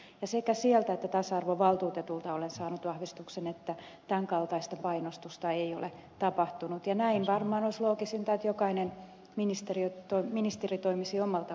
sekä sieltä että tasa arvovaltuutetulta olen saanut vahvistuksen että tämän kaltaista painostusta ei ole tapahtunut ja näin varmaan olisi loogisinta että jokainen ministeri toimisi omalta osaltaan